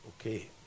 Okay